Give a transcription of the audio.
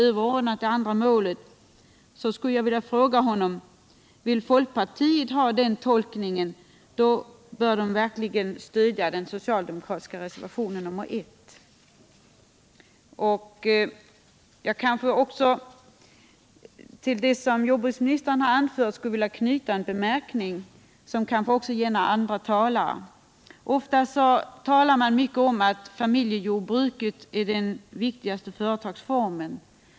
överordnat det andra målet skulle jag vilja säga: Vill folkpartiet ha den tolkningen, då bör folkpartiet verkligen stödja den socialdemokratiska reservationen 1. Till det som jordbruksministern har anfört skulle jag vilja knyta en bemärkning som kanske också gäller andra talare. 69 Ofta talar man om att familjejordbruket är den viktigaste företagsformen.